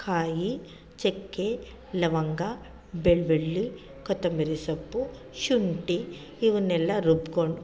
ಕಾಯಿ ಚಕ್ಕೆ ಲವಂಗ ಬೆಳ್ಳುಳ್ಳಿ ಕೊತ್ತಂಬರಿ ಸೊಪ್ಪು ಶುಂಠಿ ಇವನ್ನೆಲ್ಲ ರುಬ್ಕೊಂಡು